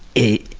a